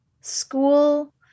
school